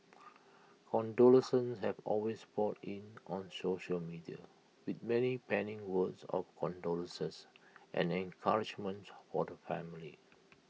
condolences have also poured in on social media with many penning words of condolences and encouragement for the family